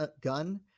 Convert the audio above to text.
gun